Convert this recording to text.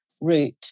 route